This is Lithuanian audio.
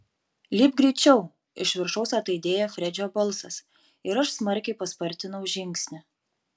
lipk greičiau iš viršaus ataidėjo fredžio balsas ir aš smarkiai paspartinau žingsnį